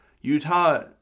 Utah